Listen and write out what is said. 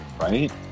right